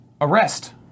Arrest